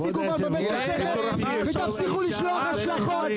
תפסיקו כבר לבלבל את השכל ותפסיקו לשלוח השלכות.